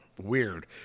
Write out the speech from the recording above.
weird